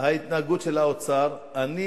ההתנהגות של האוצר, שאני